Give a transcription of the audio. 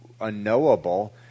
unknowable